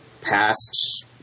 past